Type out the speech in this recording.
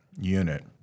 unit